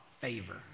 Favor